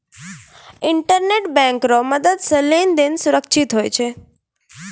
internet bank रो मदद से लेन देन सुरक्षित हुवै छै